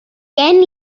gen